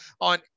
on